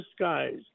skies